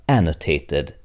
Annotated